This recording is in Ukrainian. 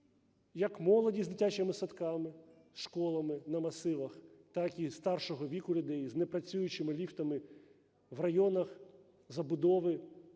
як молоді з дитячими садками і школами на масивах, так і старшого віку людей з непрацюючими ліфтами в районах забудови